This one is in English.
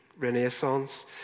renaissance